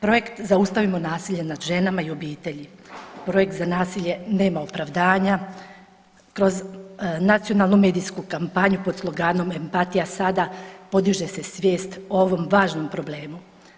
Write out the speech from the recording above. Projekt „Zaustavimo nasilje nad ženama i obitelj, projekt „Za nasilje nema opravdanja“, kroz Nacionalnu medijsku kampanju pod sloganom „Empatija sada“ podiže se svijest o ovom važnom problemu.